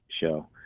show